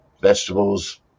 vegetables